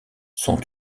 sont